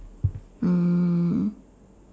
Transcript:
mm